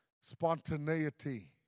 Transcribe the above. Spontaneity